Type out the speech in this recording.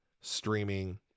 streaming